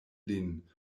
lin